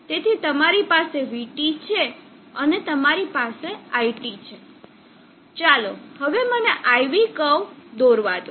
તેથી તમારી પાસે vT છે અને તમારી પાસે iT છે ચાલો હવે મને IV કર્વ દોરવા દો